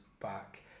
back